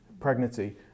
pregnancy